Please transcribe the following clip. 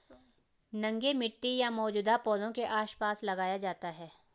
नंगे मिट्टी या मौजूदा पौधों के आसपास लगाया जाता है